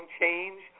change